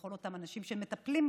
לכל אותם אנשים שמטפלים,